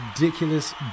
ridiculous